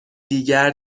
دیگر